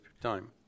time